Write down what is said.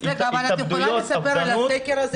אבל את יכולה לספר על הסקר הזה?